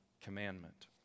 commandment